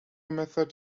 method